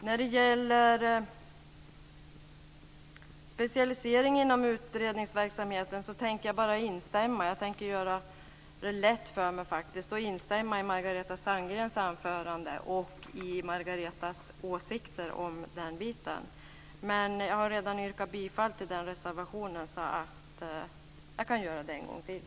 När det gäller specialiseringen inom utredningsverksamheten tänker jag göra det lätt för mig och instämma i Margareta Sandgrens anförande och åsikter om detta. Jag har redan yrkat bifall till den reservationen, men jag kan göra det en gång till.